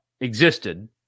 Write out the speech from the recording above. existed